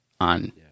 on